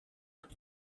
court